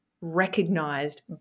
recognized